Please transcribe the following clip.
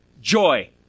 joy